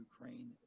Ukraine